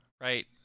right